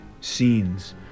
scenes